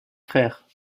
frères